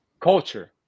culture